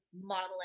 modeling